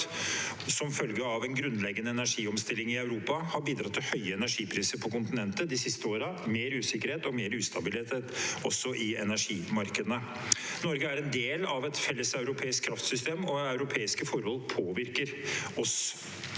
som følge av en grunnleggende energiomstilling i Europa har bidratt til høye energipriser på kontinentet de siste årene, mer usikkerhet og mer ustabilitet også i energimarkedene. Norge er en del av et felles europeisk kraftsystem, og europeiske forhold påvirker oss.